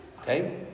Okay